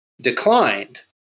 declined